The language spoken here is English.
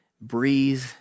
breathe